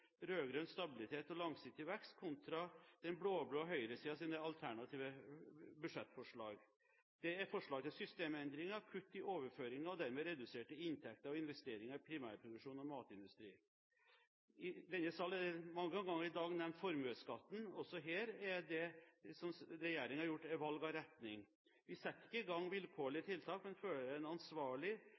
rød-grønn stabilitet og langsiktig vekst, kontra den blå-blå høyresidens alternative budsjettforslag. Det er forslag til systemendringer, kutt i overføringer og dermed reduserte inntekter og investeringer i primærproduksjon og matindustri. I denne sal er formuesskatten nevnt mange ganger i dag – også her har regjeringen gjort et valg av retning. Vi setter ikke i gang vilkårlige tiltak, men vi fører en ansvarlig,